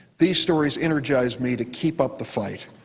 these stories energize me to keep up the fight.